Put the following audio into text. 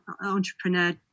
entrepreneur